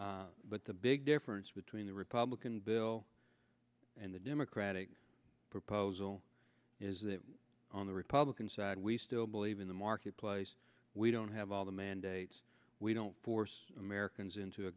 but the big difference between the republican bill and the democratic proposal is that on the republican side we still believe in the marketplace we don't have all the mandate we don't force americans into a